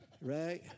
Right